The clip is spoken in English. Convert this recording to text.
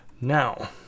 Now